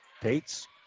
Pates